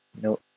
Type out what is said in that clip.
No